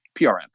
PRM